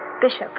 Bishop